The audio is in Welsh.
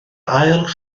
ail